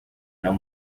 nabo